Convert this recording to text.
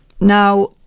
Now